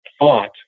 thought